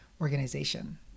organization